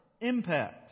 impact